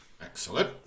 Excellent